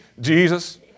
Jesus